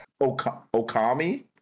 Okami